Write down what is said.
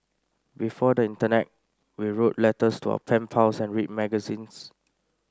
before the internet we wrote letters to our pen pals and read magazines